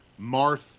marth